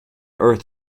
earth